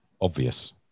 obvious